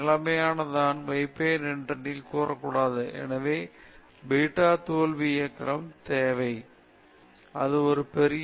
இந்த நிலைமைகளை நான் வைப்பேன் என்று நீங்கள் கூறக்கூடாது எனக்கு ஒரு பீட்டா தோல்வி இயந்திரம் தேவை நான் இந்த விஷயங்களை நிறைய விரும்புகிறேன் நான் ஒரு பெரிய ரேம் வேண்டும் இவை எல்லாம் நான் நன்றாக வேலை செய்வேன்